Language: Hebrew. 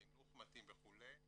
חינוך מתאים וכו'.